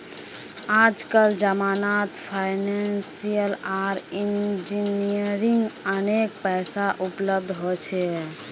आजकल जमानत फाइनेंसियल आर इंजीनियरिंग अनेक पैसा उपलब्ध हो छे